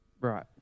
Right